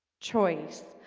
choice